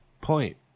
point